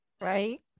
right